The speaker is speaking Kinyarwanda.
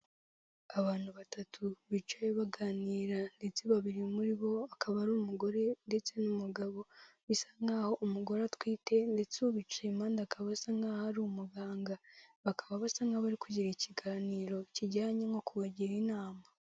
Abantu batatu bicaye baganira ndetse babiri muri bo akaba ari umugore ndetse n'umugabo bisa nkaho umugore atwite ndetse ubicimande akaba asa nkaho ari umuganga, bakaba basa nkaba bari kugira ikiganiro kijyanye nko kubagira inama.